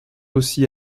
aussi